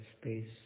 space